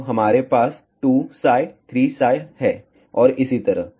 तो हमारे पास 2 3 है और इसी तरह